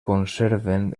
conserven